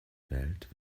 welt